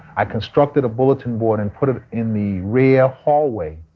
i constructed a bulletin board and put it in the rear hallway.